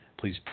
Please